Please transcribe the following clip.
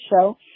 show